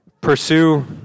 pursue